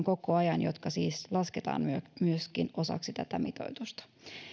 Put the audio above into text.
koko ajan vapaalla on neljä hoitajaa jotka siis lasketaan myöskin osaksi tätä mitoitusta